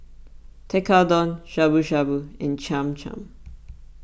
Tekkadon Shabu Shabu and Cham Cham